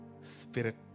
spirit